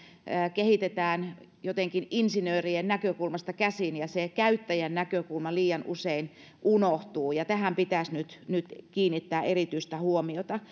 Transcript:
kehitetään jotenkin insinöörien näkökulmasta käsin ja se käyttäjän näkökulma liian usein unohtuu ja tähän pitäisi nyt nyt kiinnittää erityistä huomiota